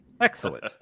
Excellent